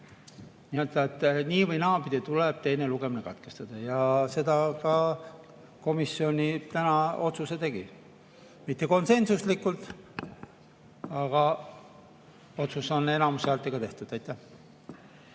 Nii‑ või naapidi tuleb teine lugemine katkestada ja komisjon täna selle otsuse tegi. Mitte küll konsensuslikult, aga otsus on enamushäältega tehtud. Aitäh!